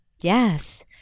Yes